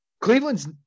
Cleveland's